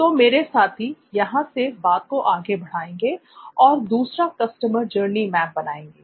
तो मेरे साथी यहां से बात को आगे बढ़ाएंगे और दूसरा कस्टमर जर्नी मैप बनाएँगे